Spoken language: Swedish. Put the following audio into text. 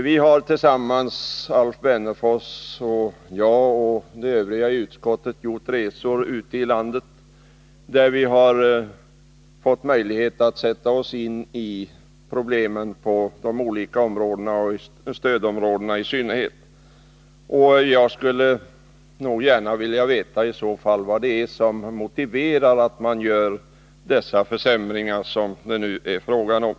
Vi har tillsammans — Alf Wennerfors och jag och de övriga i utskottet — gjort resor ute i landet där vi fått möjlighet att sätta oss in i problemen i olika områden och i stödområdena i synnerhet. Jag skulle gärna vilja veta vad det är som motiverar att man vidtar de försämringar som det är fråga om.